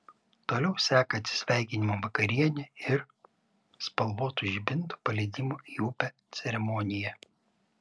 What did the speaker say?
toliau seka atsisveikinimo vakarienė ir spalvotų žibintų paleidimo į upę ceremonija